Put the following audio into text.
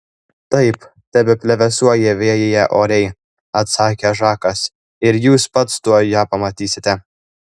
taip tebeplevėsuoja vėjyje oriai atsakė žakas ir jūs pats tuoj ją pamatysite